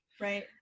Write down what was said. Right